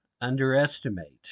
underestimate